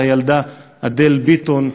והילדה אדל ביטון,